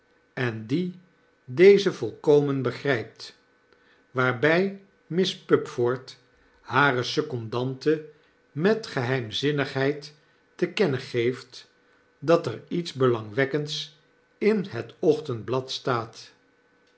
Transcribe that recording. en die deze volkomen begrypt waarbjj miss pupford hare secondante met gebeimzmnigheid te kennen geeft dat er iets belangwekkends in het ochtendblad staat